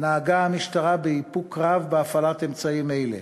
נהגה המשטרה באיפוק רב בהפעלת אמצעים אלה.